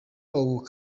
ubu